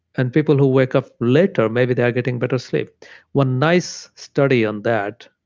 and people who wake up later, maybe they are getting better sleep one nice study on that,